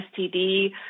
STD